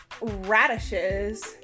radishes